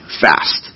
fast